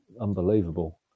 unbelievable